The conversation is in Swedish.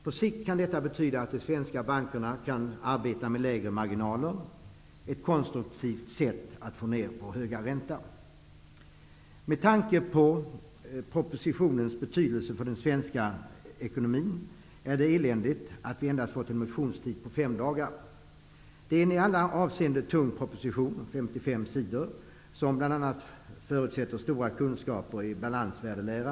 På sikt kan detta betyda att de svenska bankerna kan arbeta med lägre marginaler. Det är ett konstruktivt sätt att sänka den höga räntan. Med tanke på propositionens betydelse för den svenska ekonomin är det eländigt att vi har haft en motionstid på endast fem dagar. Det här är i alla avseenden en tung proposition, 55 sidor, som bl.a. förutsätter stora kunskaper i balansvärdelära.